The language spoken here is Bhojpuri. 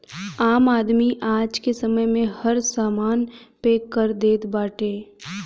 आम आदमी आजके समय में हर समान पे कर देत बाटे